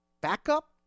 backup